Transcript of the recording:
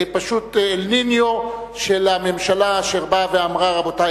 פשוט "אל ניניו" של הממשלה אשר באה ואמרה: רבותי,